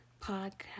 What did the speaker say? podcast